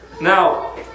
Now